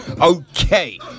Okay